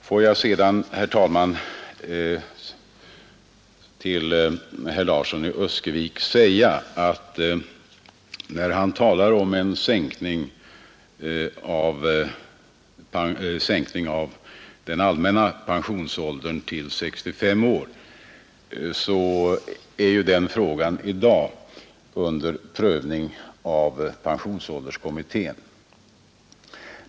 Får jag sedan, herr talman, säga till herr Larsson i Öskevik som talar om en sänkning av den allmänna pensionsåldern till 65 år att den frågan i dag är under prövning av pensionsålderskommittén.